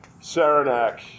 Saranac